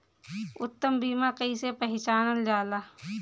उत्तम बीया कईसे पहचानल जाला?